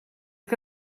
que